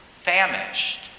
famished